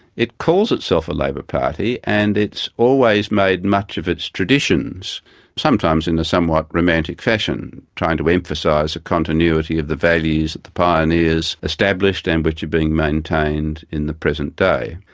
it calls itself a labour party and it's always made much of its traditions sometimes in a somewhat romantic fashion, trying to emphasise a continuity of the values that the pioneers established and which are being maintained in the present day.